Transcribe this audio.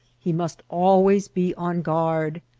he must always be on guard.